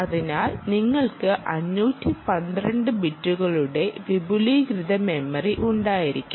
അതിനാൽ നിങ്ങൾക്ക് 512 ബിറ്റുകളുടെ വിപുലീകൃത മെമ്മറി ഉണ്ടായിരിക്കാം